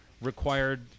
required